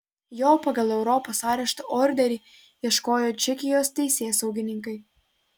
jo pagal europos arešto orderį ieškojo čekijos teisėsaugininkai